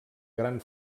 gran